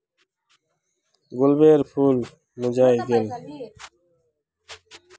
गुलाबेर फूल मुर्झाए गेल